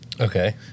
Okay